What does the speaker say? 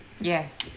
Yes